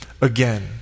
again